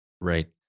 Right